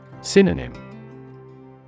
Synonym